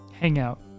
hangout